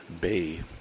bay